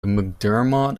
mcdermott